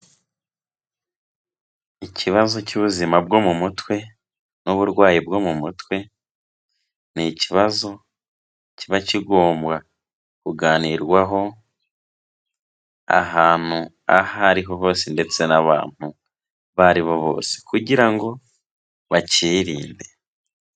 Ikibazo cy'ubuzima bwo mu mutwe n'uburwayi bwo mu mutwe, ni ikibazo kiba kigomba kuganirwaho ahantu aho ariho hose ndetse n'abantu aribo bose, kugira ngo bacyirinde.